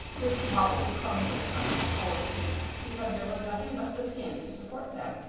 which wobbled clumsily on its four feet because there was nothing but the skin to support them,